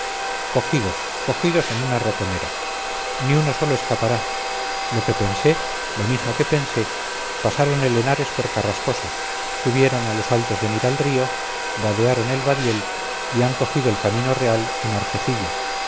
cogidos cogidos en una ratonera ni uno sólo escapará lo que pensé lo mismo que pensé pasaron el henares por carrascosa subieron a los altos de miralrío vadearon el vadiel y han cogido el camino real en